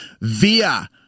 via